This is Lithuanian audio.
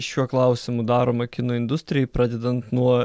šiuo klausimu daroma kino industrijoj pradedant nuo